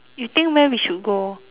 you think where we should go